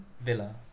Villa